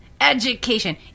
education